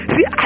See